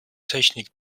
technik